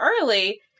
early